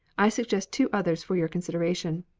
i suggest two others for your consideration